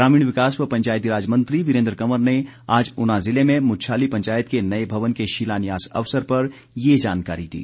ग्रामीण विकास व पंचायती राज मंत्री वीरेंद्र कंवर ने आज ऊना जिले में मुच्छाली पंचायत के नए भवन के शिलान्यास अवसर पर यह जानकारी दी